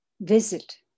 visit